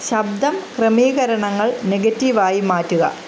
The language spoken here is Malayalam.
ശബ്ദം ക്രമീകരണങ്ങൾ നെഗറ്റീവ് ആയി മാറ്റുക